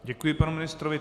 Děkuji panu ministrovi.